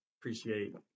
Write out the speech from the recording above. appreciate